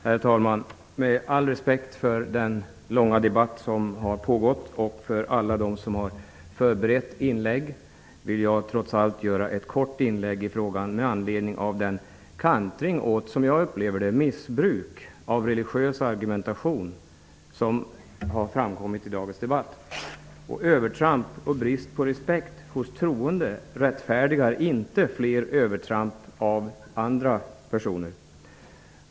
Herr talman! Med all respekt för den långa debatt som har pågått och för alla dem som har förberett inlägg vill jag trots allt göra ett kort inlägg i frågan. Det gör jag med anledning av den kantring åt det jag upplever som missbruk av religiös argumentation som har framkommit i dagens debatt. Övertramp och brist på respekt hos troende rättfärdigar inte fler övertramp av andra personer.